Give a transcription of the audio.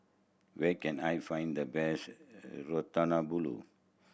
where can I find the best Ratatouille